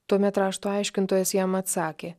tuomet rašto aiškintojas jam atsakė